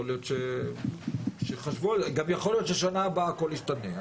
יכול להיות גם שבשנה הבאה הכול ישתנה.